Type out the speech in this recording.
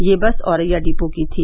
यह bus Auraiya depot की थी